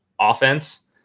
offense